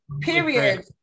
period